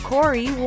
Corey